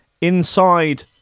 inside